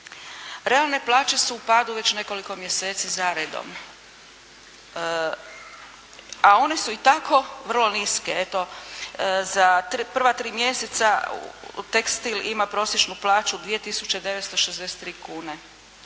Realne plaće su u padu već nekoliko mjeseci zaredom. A one su i tako vrlo niske. Eto za prva tri mjeseca tekstil ima prosječnu plaću 2 tisuće